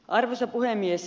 arvoisa puhemies